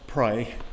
pray